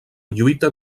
lluita